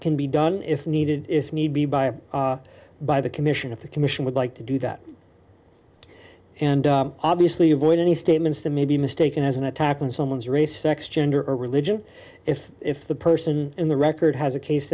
can be done if needed if need be by by the commission of the commission would like to do that and obviously avoid any statements that may be mistaken as an attack on someone's race sex gender or religion if if the person in the record has a case